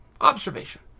observation